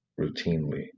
routinely